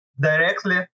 directly